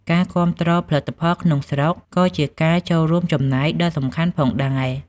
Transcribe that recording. ការគាំទ្រផលិតផលក្នុងស្រុកក៏ជាការចូលរួមចំណែកដ៏សំខាន់ផងដែរ។